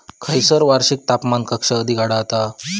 खैयसर वार्षिक तापमान कक्षा अधिक आढळता?